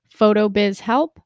PHOTOBIZHELP